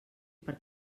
per